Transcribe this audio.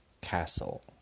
castle